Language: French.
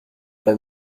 pas